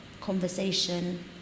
conversation